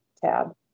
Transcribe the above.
tab